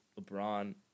LeBron